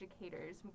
educators